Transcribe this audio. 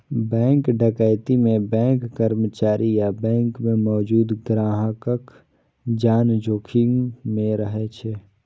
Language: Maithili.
बैंक डकैती मे बैंक कर्मचारी आ बैंक मे मौजूद ग्राहकक जान जोखिम मे रहै छै